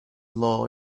law